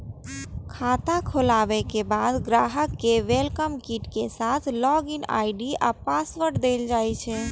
खाता खोलाबे के बाद ग्राहक कें वेलकम किट के साथ लॉग इन आई.डी आ पासवर्ड देल जाइ छै